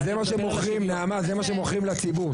זה מה שמוכרים לציבור,